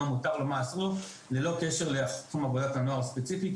מה מותר לו ומה אסור לו ללא קשר לתחום עבודת נוער ספציפית.